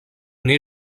née